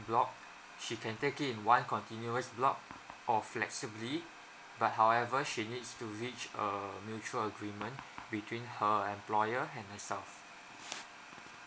block she can take it in one continuous block or flexibly but however she needs to reach a mutual agreement between her employer and herself